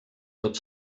tot